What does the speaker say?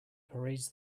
parades